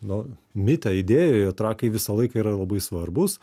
na mite idėjoje trakai visą laiką yra labai svarbūs